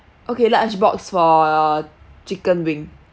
okay large box for uh chicken wing